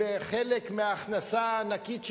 בחלק מההכנסה הענקית שלהם,